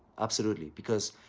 absolutely. because,